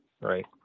right